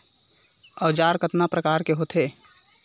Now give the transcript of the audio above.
औजार कतना प्रकार के होथे?